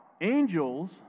angels